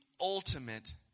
ultimate